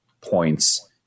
points